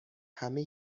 همه